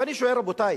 ואני שואל: רבותי,